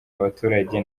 abaturage